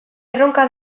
erronka